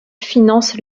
financent